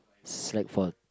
slack for